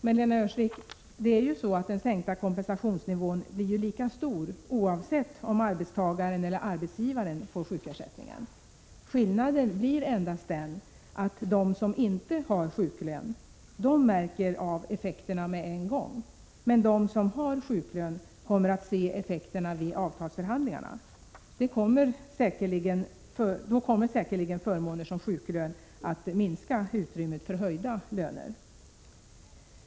Men, Lena Öhrsvik, den sänkta kompensationsnivån blir ju lika stor oavsett om arbetstagaren eller arbetsgivaren får sjukersättningen. Skillnaden blir endast den att de som inte har sjuklön märker av effekterna med en gång, medan de som har sjuklön kommer att se effekterna vid avtalsförhandlingarna. Då kommer säkerligen förmåner som sjuklön att minska utrymmet för höjning av lönerna.